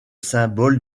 symbole